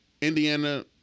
Indiana